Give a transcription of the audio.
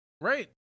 Right